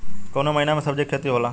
कोउन महीना में सब्जि के खेती होला?